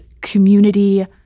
community